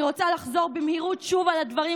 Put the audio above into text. אני רוצה לחזור במהירות שוב על הדברים,